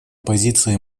позиции